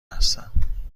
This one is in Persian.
هستم